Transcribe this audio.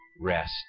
rest